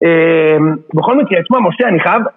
בכל מקרה, תשמע, משה אני חייב...